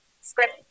script